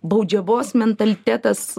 baudžiavos mentalitetas